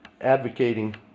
advocating